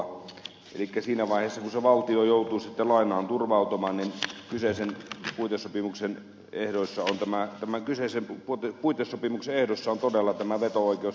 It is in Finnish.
elikkä siinä vaiheessa kun se valtio joutuu sitten lainaan turvautumaan kyseisen puitesopimuksen ehdoissa tuntumaan tämän kyseisen vuoden puitesopimukseen on todella tämä veto oikeus kirjattuna tänne